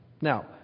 Now